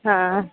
ಹಾಂ